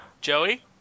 Joey